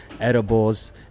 edibles